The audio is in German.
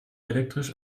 elektrisch